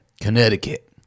Connecticut